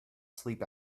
sleep